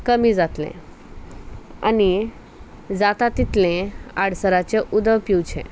कमी जातलें आनी जाता तितलें आडसराचें उद पिवचें